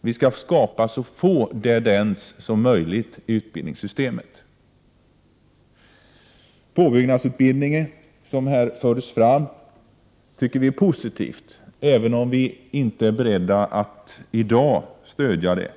Vi skall skapa så få ”dead ends” som möjligt i utbildningssystemet. Påbyggnadsutbildningen, som det här talades om, tycker vi är något positivt, även om vi inte är beredda att i dag stödja den.